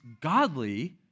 godly